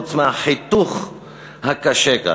חוץ מהחיתוך הקשה כאן.